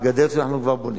שאנחנו כבר בונים,